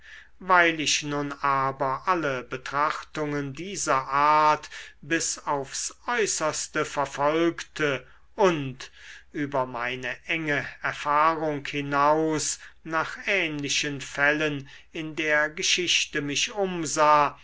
weil ich nun aber alle betrachtungen dieser art bis aufs äußerste verfolgte und über meine enge erfahrung hinaus nach ähnlichen fällen in der geschichte mich umsah